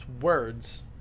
words